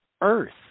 Earth